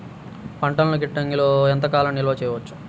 పంటలను గిడ్డంగిలలో ఎంత కాలం నిలవ చెయ్యవచ్చు?